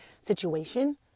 situation